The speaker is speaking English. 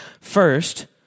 First